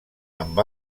amb